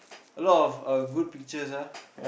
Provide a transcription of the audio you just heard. a lot uh good pictures ah